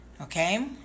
okay